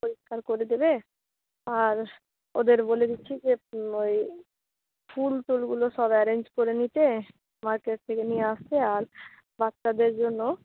পরিষ্কার করে দেবে আর ওদের বলে দিচ্ছি যে ওই ফুলটুলগুলো সব অ্যারেঞ্জ করে নিতে মার্কেট থেকে নিয়ে আসতে আর বাচ্চাদের জন্য